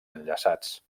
enllaçats